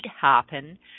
happen